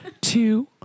Two